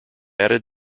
added